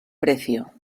precio